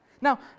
Now